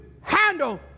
handle